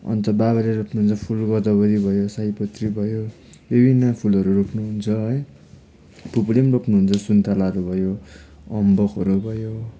अन्त बाबाले रोप्नुहुन्छ फुल गदावरी भयो सयपत्री भयो विभिन्न फुलहरू रोप्नुहुन्छ है फुपूले पनि रोप्नुहुन्छ सुन्तलाहरू भयो अम्बकहरू भयो